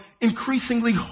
increasingly